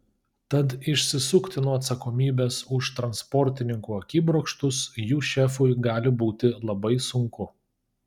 tad išsisukti nuo atsakomybės už transportininkų akibrokštus jų šefui gali būti labai sunku